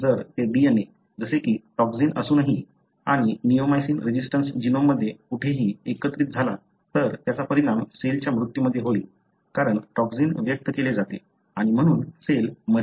जर ते DNA जसे की टॉक्सिन असूनही आणि निओमायसिन रेझिस्टन्स जीनोममध्ये कुठेही एकत्रित झाला तर त्याचा परिणाम सेलच्या मृत्यूमध्ये होईल कारण टॉक्सिन व्यक्त केले जाते आणि म्हणून सेल मरेल